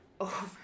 over